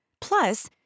Plus